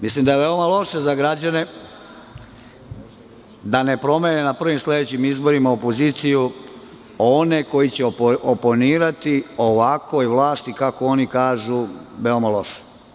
Mislim da je veoma loše za građane da ne promene na prvim sledećim izborima opoziciju, one koji će oponirati ovakvoj vlasti, kako oni kažu, veoma loše.